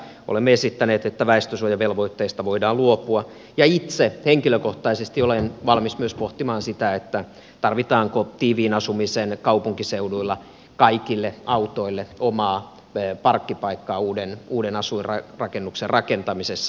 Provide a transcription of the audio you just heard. olemme esittäneet että väestösuojavelvoitteesta voidaan luopua ja itse henkilökohtaisesti olen valmis myös pohtimaan sitä tarvitaanko tiiviin asumisen kaupunkiseuduilla kaikille autoille oma parkkipaikka uuden asuinrakennuksen rakentamisessa